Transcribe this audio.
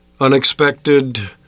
unexpected